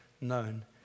known